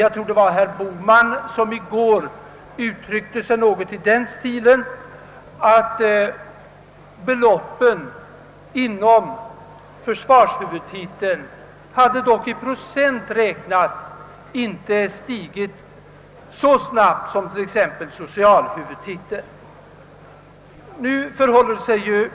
Jag tror att det var herr Bohman som i går yttrade något i den stilen att beloppen inom försvarshuvudtiteln dock i procent räknat inte hade stigit så snabbt som t.ex. inom socialhuvudtiteln.